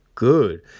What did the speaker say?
Good